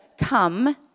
come